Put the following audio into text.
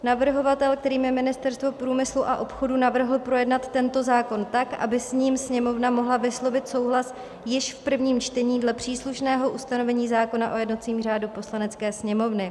Navrhovatel, kterým je Ministerstvo průmyslu a obchodu, navrhl projednat tento zákon tak, aby s ním Sněmovna mohla vyslovit souhlas již v prvním čtení dle příslušného ustanovení zákona o jednacím řádu Poslanecké sněmovny.